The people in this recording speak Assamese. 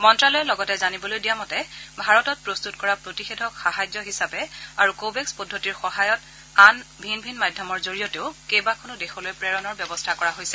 মন্ত্যালয়ে লগতে জানিবলৈ দিয়া মতে ভাৰতত প্ৰস্তত কৰা প্ৰতিষেধক সাহায্য হিচাপে আৰু কোৱেক্স পদ্ধতিৰ সহায়ত তথা আন ভিন ভিন মাধ্যমৰ জৰিয়তেও কেইবাখনো দেশলৈ প্ৰেৰণৰ ব্যৱস্থা কৰা হৈছে